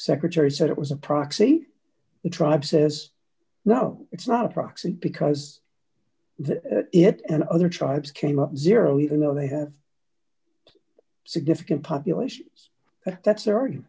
secretary said it was a proxy tribe says no it's not a proxy because it and other tribes came up zero even though they have significant populations that's there are